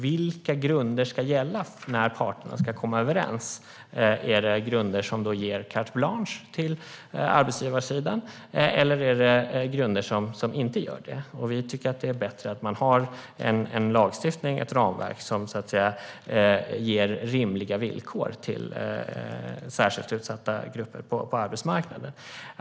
Vilka grunder ska gälla när parterna ska komma överens? Är det grunder som ger carte blanche till arbetsgivarsidan, eller är det grunder som inte ger det? Vi tycker att det är bättre att man har en lagstiftning och ett ramverk som ger rimliga villkor till särskilt utsatta grupper på arbetsmarknaden.